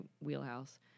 wheelhouse